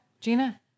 Gina